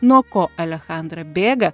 nuo ko alechandra bėga